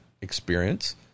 experience